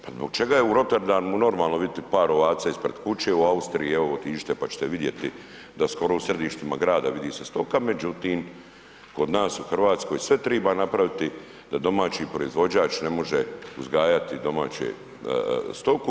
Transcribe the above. Pa zbog čega je u Rotterdamu normalno vidjeti par ovaca ispred kuće, u Austriji, evo otiđite pa ćete vidjeti da skoro u središtima grada vidi se stoka, međutim kod nas u Hrvatskoj sve treba napraviti da domaći proizvođač ne može uzgajati domaću stoku.